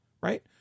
right